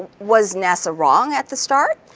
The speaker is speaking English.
was nasa wrong at the start?